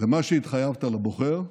למה שהתחייבת לבוחר,